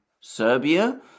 Serbia